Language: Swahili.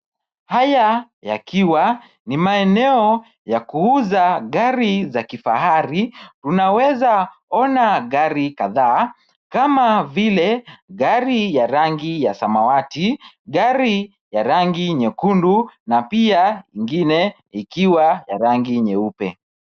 Haya, yakiwa, nimaeneo ya kuuza gari za kifahari .Unaweza ona gari kadhaa kama vile gari ya rangi ya samawati, gari ya rangi nyekundu, na pia nyingine ikiwa ya rangi nyeupe.